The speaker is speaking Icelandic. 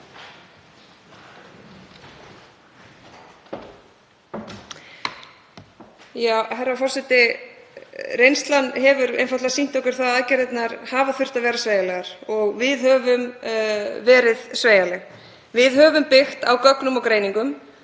Herra forseti. Reynslan hefur einfaldlega sýnt okkur að aðgerðirnar hafa þurft að vera sveigjanlegar og við höfum verið sveigjanleg. Við höfum byggt á gögnum og greiningum